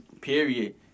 Period